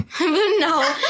No